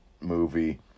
movie